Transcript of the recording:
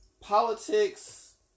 politics